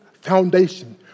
foundation